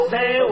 Say